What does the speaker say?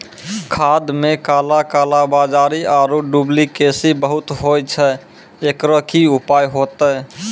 खाद मे काला कालाबाजारी आरु डुप्लीकेसी बहुत होय छैय, एकरो की उपाय होते?